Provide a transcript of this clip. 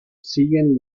siguen